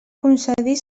concedir